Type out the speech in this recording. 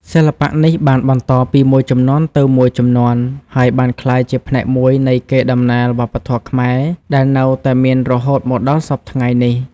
សិល្បៈនេះបានបន្តពីមួយជំនាន់ទៅមួយជំនាន់ ហើយបានក្លាយជាផ្នែកមួយនៃ កេរដំណែលវប្បធម៌ខ្មែរ ដែលនៅតែមានរហូតមកដល់សព្វថ្ងៃនេះ។